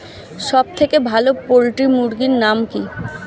সবথেকে ভালো পোল্ট্রি মুরগির নাম কি?